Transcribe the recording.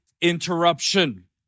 interruption